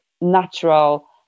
natural